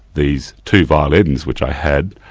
these two violins which i had.